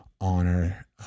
honor